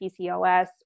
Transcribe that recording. PCOS